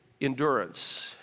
Endurance